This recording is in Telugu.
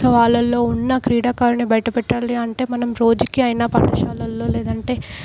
సో వాళ్ళల్లో ఉన్న క్రీడాకారుని బయట పెట్టాలి అంటే మనం రోజుకి అయినా పాఠశాలల్లో లేదంటే